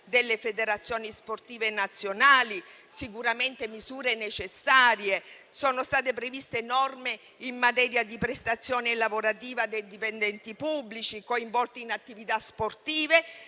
delle federazioni sportive nazionali. Si tratta sicuramente di misure necessarie. Sono state previste altresì norme in materia di prestazione lavorativa dei dipendenti pubblici coinvolti in attività sportive